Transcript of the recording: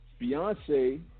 Beyonce